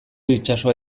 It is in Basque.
itsasoa